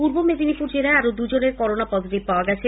পূর্ব মেদিনীপুর জেলায় আরও দুজনের করোনা পজিটিভ পাওয়া গেছে